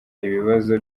ibibazo